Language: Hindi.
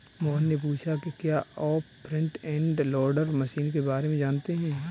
मोहन ने पूछा कि क्या आप फ्रंट एंड लोडर मशीन के बारे में जानते हैं?